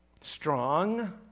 Strong